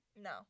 No